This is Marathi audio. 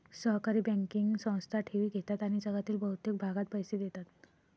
सहकारी बँकिंग संस्था ठेवी घेतात आणि जगातील बहुतेक भागात पैसे देतात